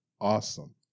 awesome